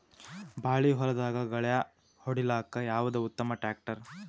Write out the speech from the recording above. ಬಾಳಿ ಹೊಲದಾಗ ಗಳ್ಯಾ ಹೊಡಿಲಾಕ್ಕ ಯಾವದ ಉತ್ತಮ ಟ್ಯಾಕ್ಟರ್?